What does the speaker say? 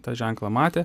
tą ženklą matė